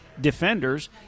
defenders